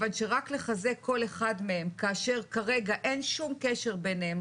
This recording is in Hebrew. כיוון שרק לחזק כל אחד מהם כאשר כרגע אין שום קשר ביניהם,